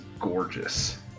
gorgeous